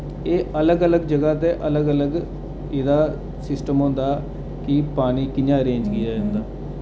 एह् अलग अलग जगह् ते अलग अलग इदा सिस्टम होंदा की पानी कि'यां अरेंज किया जंदा